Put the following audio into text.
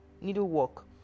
needlework